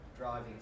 driving